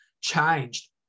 changed